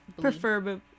Preferably